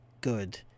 good